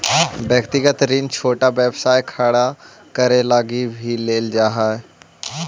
व्यक्तिगत ऋण छोटा व्यवसाय खड़ा करे लगी भी लेल जा हई